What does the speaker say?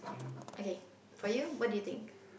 okay for you what do you think